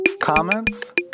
comments